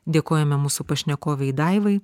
dėkojame mūsų pašnekovei daivai